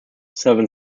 seven